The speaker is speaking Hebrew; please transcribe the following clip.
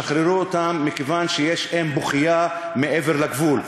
שחררו אותם, מכיוון שיש אם בוכייה מעבר לגבול.